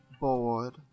Bored